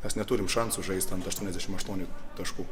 mes neturim šansų žaist ant aštuoniasdešim aštuonių taškų